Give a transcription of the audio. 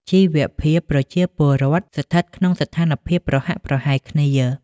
ជីវភាពប្រជាពលរដ្ឋស្ថិតក្នុងស្ថានភាពប្រហាក់ប្រហែលគ្នា។